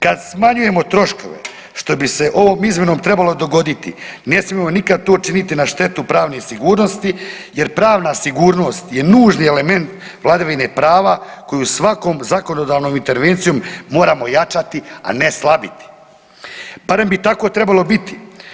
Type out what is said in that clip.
Kad smanjujemo troškove što bi se ovom izmjenom trebalo dogoditi ne smijemo nikad to činiti na štetu pravne sigurnosti jer pravna sigurnost je nužni element vladavine prava koju svakom zakonodavnom intervencijom moramo jačati, a ne slabiti, barem bi tako trebalo biti.